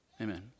Amen